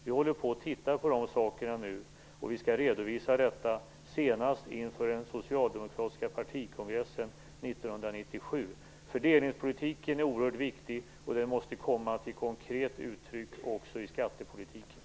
Vi håller på och tittar på de sakerna nu, och vi skall redovisa detta senast inför den socialdemokratiska partikongressen 1997. Fördelningspolitiken är oerhört viktig och den måste komma till konkret uttryck också i skattepolitiken.